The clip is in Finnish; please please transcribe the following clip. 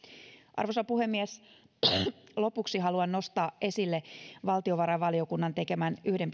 arvoisa puhemies lopuksi haluan nostaa esille valtiovarainvaliokunnan talousarvioon tekemän yhden